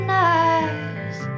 nice